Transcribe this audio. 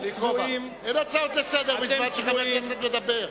אין הצעות לסדר בזמן שחבר כנסת מדבר.